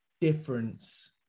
difference